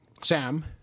Sam